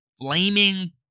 flaming